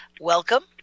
welcome